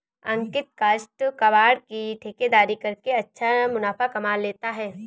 अंकित काष्ठ कबाड़ की ठेकेदारी करके अच्छा मुनाफा कमा लेता है